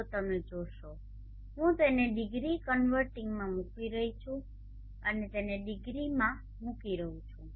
તો તમે જોશો હું તેને ડીગ્રી કન્વર્ટિંગમાં મૂકી રહ્યો છું અને તેને ડિગ્રીમાં મૂકી રહ્યો છું